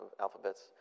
alphabets